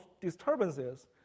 disturbances